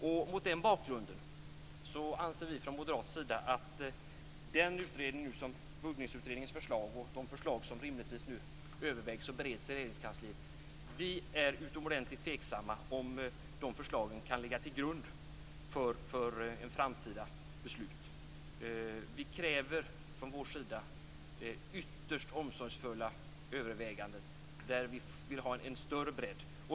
Från moderat sida är vi utomordentligt tveksamma till att Buggningsutredningens förslag och de förslag som rimligtvis övervägs och bereds i Regeringskansliet kan ligga till grund för ett framtida beslut. Vi kräver ytterst omsorgsfulla överväganden med större bredd.